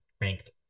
ranked